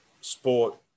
sport